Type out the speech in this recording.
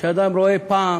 כשאדם רואה פעם